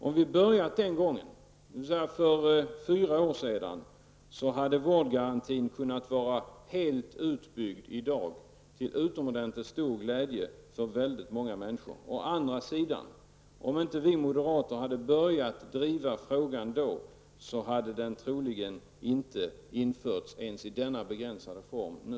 Om vi hade börjat den gången, dvs. för fyra år sedan, hade vårdgarantin kunnat vara helt utbyggd i dag, till utomordentligt stor glädje för väldigt många människor. Å andra sidan: Om inte vi moderater hade börjat driva frågan då, hade vårdgarantin troligen inte införts ens i denna begränsade form nu.